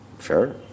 sure